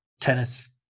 tennis